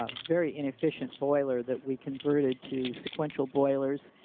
ah very inefficient boiler that we converted to sequential boilers